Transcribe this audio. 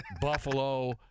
Buffalo